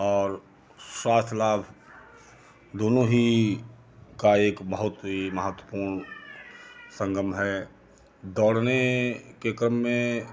और स्वास्थ्य लाभ दोनों ही का एक बहुत ही महत्वपूर्ण संगम है दौड़ने के क्रम में